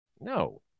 No